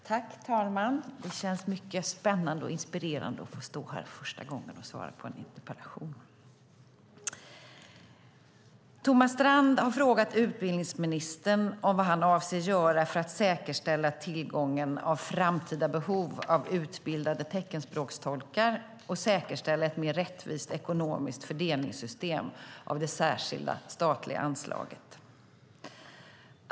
Fru talman! Det känns mycket spännande och inspirerande att få stå här första gången och svara på en interpellation. Thomas Strand har frågat utbildningsministern om vad han avser att göra för att säkerställa tillgången av utbildade teckenspråkstolkar inför framtida behov och för att säkerställa ett mer rättvist ekonomiskt fördelningssystem för det särskilda statliga anslaget.